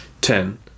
Ten